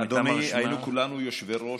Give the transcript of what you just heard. אדוני, היינו כולנו יושבי-ראש,